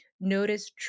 notice